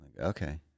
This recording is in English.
Okay